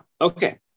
okay